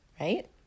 Right